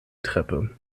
treppe